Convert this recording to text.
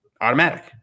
Automatic